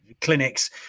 clinics